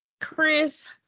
Chris